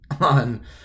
On